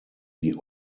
die